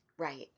Right